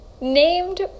named